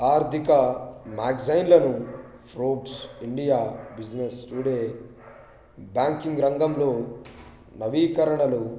ఆర్థిక మ్యాగ్జైన్లను Forbes India Business Today banking రంగంలో నవీకరణలు